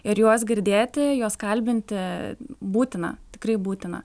ir juos girdėti juos kalbinti būtina tikrai būtina